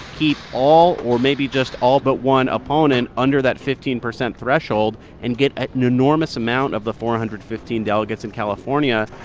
keep all or maybe just all but one opponent under that fifteen percent threshold and get an enormous amount of the four hundred and fifteen delegates in california.